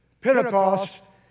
Pentecost